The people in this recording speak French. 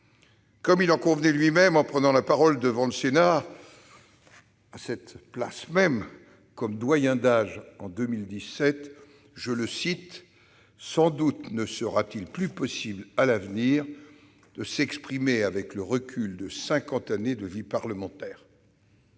Comme il en convenait lui-même en prenant la parole devant le Sénat, à cette place même, comme doyen d'âge en 2017, « sans doute ne sera-t-il plus possible, à l'avenir, de s'exprimer avec le recul de cinquante années de vie parlementaire ».